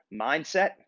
Mindset